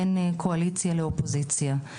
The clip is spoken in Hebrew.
בין קואליציה לאופוזיציה.